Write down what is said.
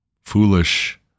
foolish